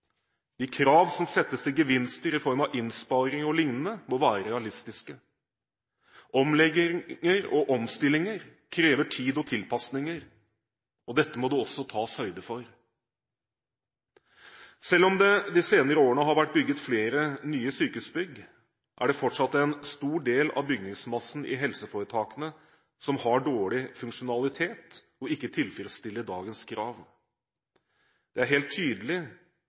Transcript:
De krav som settes til gevinster i form av innsparinger o.l., må være realistiske. Omlegginger og omstillinger krever tid og tilpasninger. Dette må det også tas høyde for. Selv om det de senere årene har vært bygget flere nye sykehusbygg, er det fortsatt en stor del av bygningsmassen i helseforetakene som har dårlig funksjonalitet og ikke tilfredsstiller dagens krav. Det er helt tydelig